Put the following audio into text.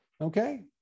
Okay